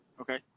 Okay